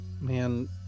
man